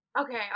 Okay